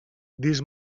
dis